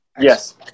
yes